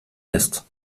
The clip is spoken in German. lässt